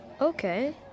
Okay